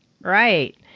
Right